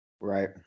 Right